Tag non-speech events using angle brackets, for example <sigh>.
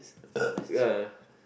<noise> ya